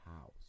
house